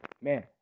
man